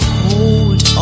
hold